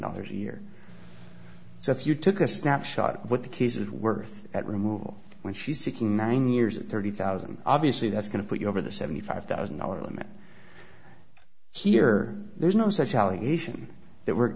dollars a year so if you took a snapshot of what the case is worth at removal when she's sixty nine years thirty thousand obviously that's going to put you over the seventy five thousand dollars limit here there is no such allegation that were